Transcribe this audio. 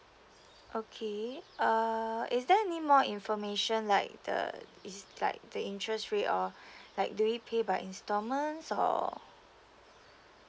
okay uh is there any more information like the is like the interest rate or like do we pay by instalments or